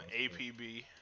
APB